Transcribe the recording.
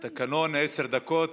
בתקנון, עשר דקות.